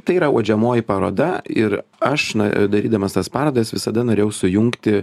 tai yra uodžiamoji paroda ir aš na darydamas tas parodas visada norėjau sujungti